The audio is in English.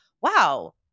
wow